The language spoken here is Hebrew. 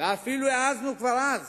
ואפילו העזנו כבר אז